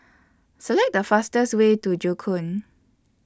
Select The fastest Way to Joo Koon